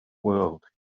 world